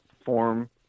form